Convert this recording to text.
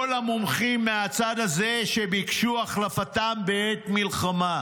כל המומחים מהצד הזה שביקשו החלפתם בעת מלחמה.